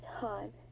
time